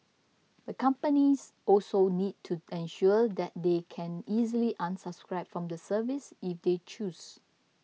the companies also need to ensure that they can easily unsubscribe from the service if they choose